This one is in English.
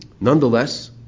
nonetheless